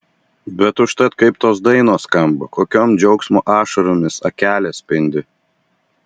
bet užtat kaip tos dainos skamba kokiom džiaugsmo ašaromis akelės spindi